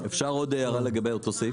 אפשר עוד הערה לגבי אותו סעיף?